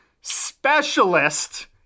specialist